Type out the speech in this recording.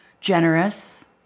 generous